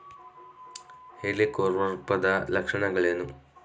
ಹೆಲಿಕೋವರ್ಪದ ಲಕ್ಷಣಗಳೇನು?